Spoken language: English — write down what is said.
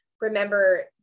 remember